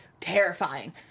Terrifying